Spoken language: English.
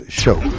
show